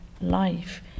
life